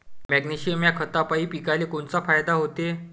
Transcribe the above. Magnesium ह्या खतापायी पिकाले कोनचा फायदा होते?